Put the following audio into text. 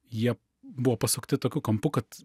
jie buvo pasukti tokiu kampu kad